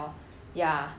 true lah